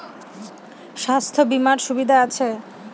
স্বাস্থ্য বিমার সুবিধা আছে?